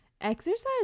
exercise